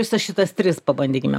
visas šitas tris pabandykime